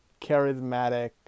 charismatic